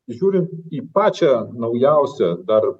žiūrint į pačią naujausią dar